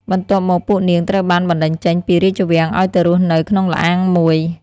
បន្ទាប់មកពួកនាងត្រូវបានបណ្តេញចេញពីរាជវាំងឲ្យទៅរស់នៅក្នុងល្អាងមួយ។